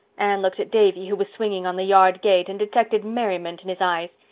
anne looked at davy, who was swinging on the yard gate, and detected merriment in his eyes.